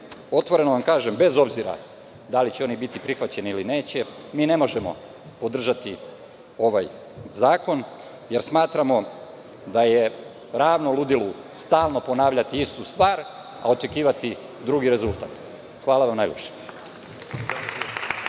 otvoreno vam kažem, bez obzira da li će oni biti prihvaćeni ili neće, mi ne možemo podržati ovaj zakon jer smatramo da je ravno ludilu stalno ponavljati istu stvar, a očekivati drugi rezultat. Hvala vam najlepše.